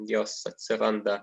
jos atsiranda